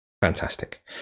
Fantastic